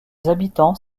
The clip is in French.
habitants